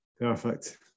Perfect